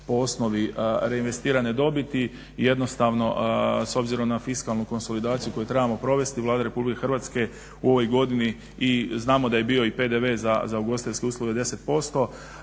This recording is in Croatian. po osnovi reinvestirane dobiti jednostavno s obzirom na fiskalnu konsolidaciju koju trebamo provesti Vlada Republike Hrvatske u ovoj godini i znamo da je bio i PDV za ugostiteljske usluge 10%.